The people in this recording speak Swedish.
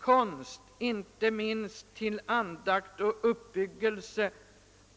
Konst, inte minst till andakt och uppbyggelse,